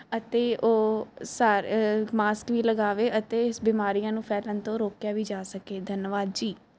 ਅਤੇ ਉਹ ਸਾਰ ਮਾਸਕ ਵੀ ਲਗਾਵੇ ਅਤੇ ਇਸ ਬਿਮਾਰੀਆਂ ਨੂੰ ਫੈਲਣ ਤੋਂ ਰੋਕਿਆ ਵੀ ਜਾ ਸਕੇ ਧੰਨਵਾਦ ਜੀ